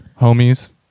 homies